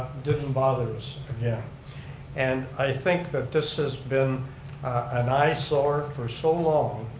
didn't bother us again and i think that this has been an eyesore for so long,